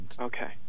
Okay